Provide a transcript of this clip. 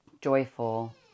joyful